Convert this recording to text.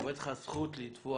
עומדת לך הזכות לתבוע,